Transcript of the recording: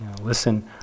Listen